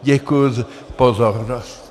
Děkuji za pozornost.